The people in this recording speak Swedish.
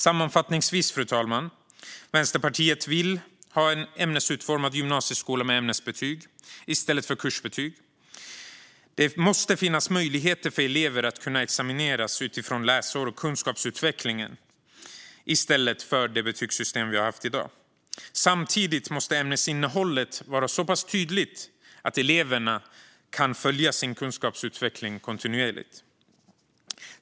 Sammanfattningsvis, fru talman, vill Vänsterpartiet ha en ämnesutformad gymnasieskola med ämnesbetyg i stället för kursbetyg. Det måste finnas möjligheter för elever att examineras utifrån läsår och kunskapsutveckling i stället för det betygssystem vi har i dag. Samtidigt måste ämnesinnehållet vara så pass tydligt att eleverna kan följa sin kunskapsutveckling kontinuerligt.